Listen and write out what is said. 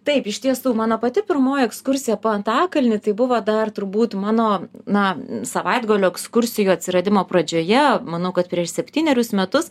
taip iš tiesų mano pati pirmoji ekskursija po antakalnį tai buvo dar turbūt mano na savaitgalio ekskursijų atsiradimo pradžioje manau kad prieš septynerius metus